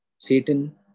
Satan